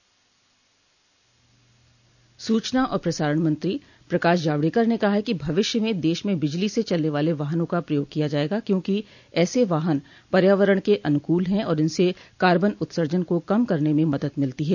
सूचना और प्रसारण मंत्री प्रकाश जावड़ेकर ने कहा है कि भविष्य में देश में बिजली से चलने वाले वाहनों का प्रयोग किया जायेगा क्योंकि ऐसे वाहन पर्यावरण के अनुकूल हैं और इनसे कार्बन उत्सर्जन को कम करने में मदद मिलती है